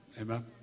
Amen